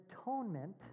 atonement